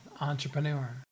Entrepreneur